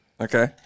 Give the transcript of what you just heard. Okay